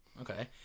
Okay